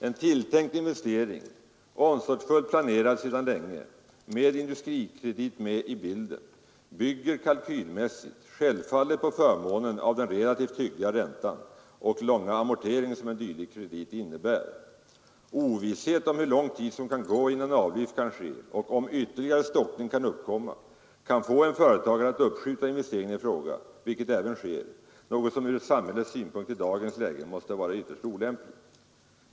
En tilltänkt investering — omsorgsfullt planerad sedan länge — med Industrikredit med i bilden, bygger kalkylmässigt självfallet på förmånen av den relativt hyggliga ränta och långa amortering som en dylik kredit innebär. Ovisshet om hur lång tid som kan gå innan avlyft kan ske och om ytterligare stockning kan uppkomma kan få en företagare att uppskjuta investeringen i fråga, vilket även sker, något som från samhällets synpunkt i dagens läge måste vara ytterst olämpligt.